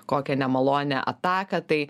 kokią nemalonią ataką tai